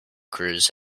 crews